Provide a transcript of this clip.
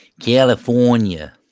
California